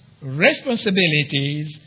responsibilities